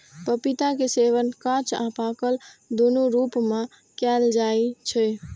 पपीता के सेवन कांच आ पाकल, दुनू रूप मे कैल जाइ छै